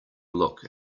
look